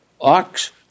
ox